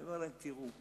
אני אומר להם: תראו,